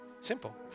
simple